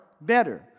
better